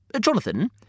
Jonathan